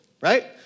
right